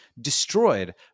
destroyed